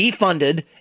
defunded